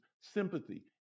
sympathy